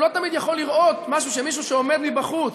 הוא לא תמיד יכול לראות משהו שמישהו שעומד מבחוץ,